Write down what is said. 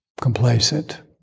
complacent